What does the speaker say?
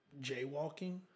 jaywalking